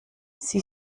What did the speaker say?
sie